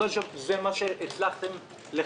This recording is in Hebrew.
זה מה שהצלחתם לחלץ?